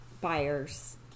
buyers